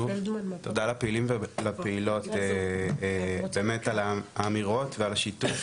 תודה לפעילים ולפעילות באמת על האמירות ועל השיתוף,